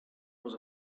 was